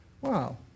Wow